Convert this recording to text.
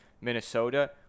Minnesota –